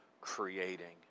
creating